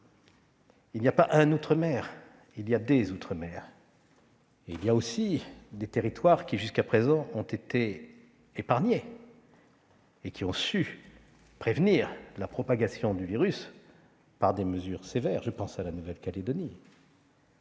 Il n'y a pas un outre-mer, mais des outre-mer. Il existe aussi des territoires qui, jusqu'à présent, ont été épargnés et qui ont su prévenir la propagation du virus par des mesures sévères. Je pense à la Nouvelle-Calédonie.